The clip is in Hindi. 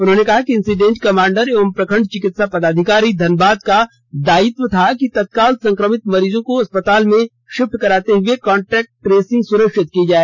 उन्होंने कहा कि इंसिडेंट कमांडर एवं प्रखंड चिकित्सा पदाधिकारी धनबाद का दायित्व था कि तत्काल संक्रमित मरीजों को अस्पताल में शिफ्ट करते हुए कॉन्टेक्ट ट्रेसिंग सुनिश्चित की जाए